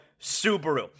Subaru